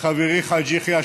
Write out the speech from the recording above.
וחברי חאג' יחיא,